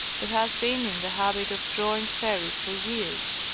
who has been in the habit of drawing fairies for years,